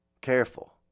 careful